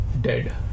Dead